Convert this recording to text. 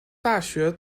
大学